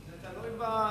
זה תלוי במציעים.